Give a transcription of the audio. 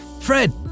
Fred